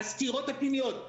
הסתירות הפנימיות.